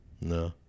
No